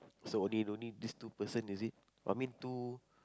so what do you no need this two person is it but I mean two